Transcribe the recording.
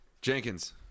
Jenkins